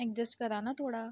adjust करा ना थोडा